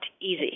easy